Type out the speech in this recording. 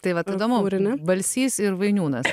tai vat įdomu balsys ir vainiūnas